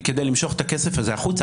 כדי למשוך את הכסף הזה החוצה,